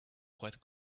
quite